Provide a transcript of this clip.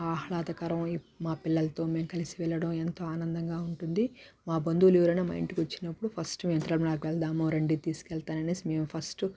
ఆహ్లాదకరం ఏ మా పిల్లలతో మేం కలిసి వెళ్లడం ఎంతో ఆనందంగా ఉంటుంది మా బంధువులు ఎవరైనా మా ఇంటికొచ్చినప్పుడు ఫస్ట్ మేము తిరుమలాకి వెళదాము రండి తీసుకెళ్లాననేసి మేము ఫస్టు